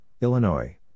Illinois